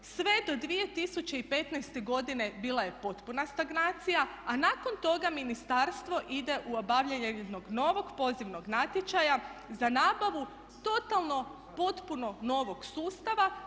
Sve do 2015. godine bila je potpuna stagnacija a nakon toga ministarstvo ide u obavljanje jednog novog pozivnog natječaja za nabavu totalno potpuno novog sustava.